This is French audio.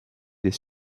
des